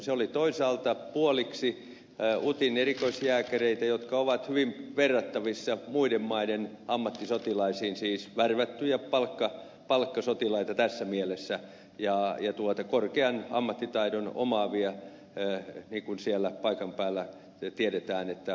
siinä oli toisaalta utin erikoisjääkäreitä jotka ovat hyvin verrattavissa muiden maiden ammattisotilaisiin siis värvättyjä palkkasotilaita tässä mielessä ja korkean ammattitaidon omaavia niin kuin siellä paikan päällä tiedetään että sellaisiksi osoittautuivat